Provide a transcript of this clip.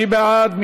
מי בעד?